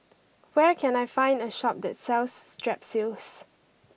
where can I find a shop that sells Strepsils